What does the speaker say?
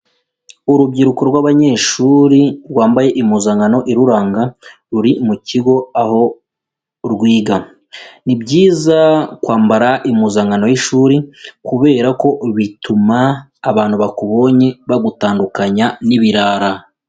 Urubyiruko rw'abanyeshuri rwambaye impuzankano iruranga, ruri mu kigo aho urwiga. Ni byiza kwambara impuzankano y'ishuri, kubera ko bituma abantu bakubonye, bagutandukanya n'ibirara.